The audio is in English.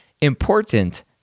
important